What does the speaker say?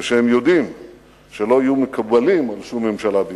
ושהם יודעים שלא יהיו מקובלים על שום ממשלה בישראל.